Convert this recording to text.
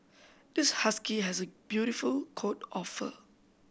this husky has a beautiful coat of fur